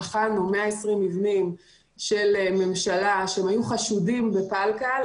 בחנו 120 מבנים של ממשלה שהיו חשודים בפלקל,